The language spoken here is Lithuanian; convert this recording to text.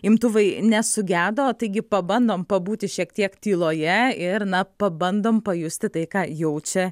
imtuvai nesugedo taigi pabandom pabūti šiek tiek tyloje ir na pabandom pajusti tai ką jaučia